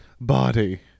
body